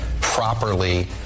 properly